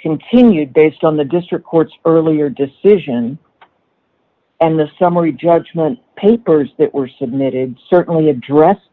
continued based on the district court's earlier decision and the summary judgment papers that were submitted certainly address